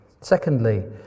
Secondly